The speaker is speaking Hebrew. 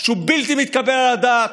שהוא בלתי מתקבל על הדעת,